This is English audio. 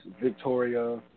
Victoria